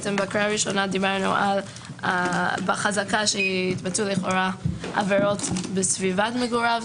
בקריאה הראשונה דיברנו על בחזרה שהתבצעו לכאורה עבירות בסביבת מגוריו.